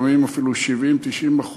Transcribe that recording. לפעמים אפילו 70% 90%,